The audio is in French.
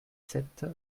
sept